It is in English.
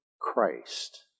Christ